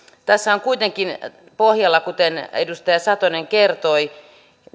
tässä on kuitenkin pohjalla kuten edustaja satonen kertoi